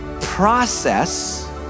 Process